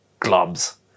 globs